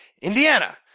Indiana